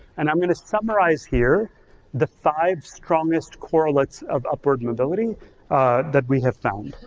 and i'm gonna summarize here the five strongest correlates of upward mobility that we have found.